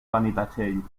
benitatxell